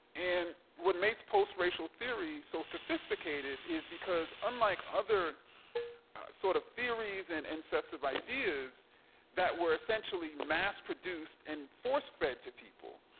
and what makes post racial theories so sophisticated is because unlike other sort of theories and and sets of ideas that were essentially mass produced and force fed to people.